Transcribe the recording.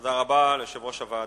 תודה רבה ליושב-ראש הוועדה.